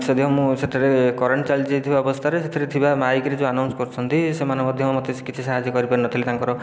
ଏଥିସହିତ ମୁଁ ସେଥିରେ କରେଣ୍ଟ ଚାଲିଯାଇଥିବା ଅବସ୍ଥାରେ ସେଥିରେ ଥିବା ମାଇକ୍ରେ ଯେଉଁ ଆନାଉନ୍ସ କରୁଛନ୍ତି ସେମାନେ ମଧ୍ୟ ମୋତେ କିଛି ସାହାଯ୍ୟ କରିପାରିନଥିଲେ ତାଙ୍କର